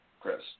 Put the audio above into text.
Chris